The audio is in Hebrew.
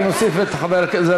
אני מוסיף את חבר הכנסת,